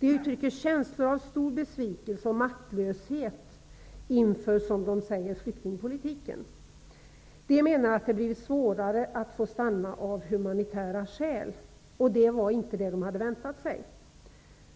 De känner stor besvikelse och maktlöshet, som de säger, inför flyktingpolitiken. De menar att det har blivit svårare att få stanna av humanitära skäl. Det var inte detta de hade väntat sig.